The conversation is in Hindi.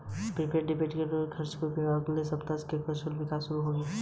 प्रीपेड डेबिट कार्ड के साथ, खर्च की सीमा दृढ़ता से स्थापित होती है